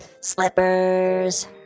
slippers